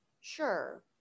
Sure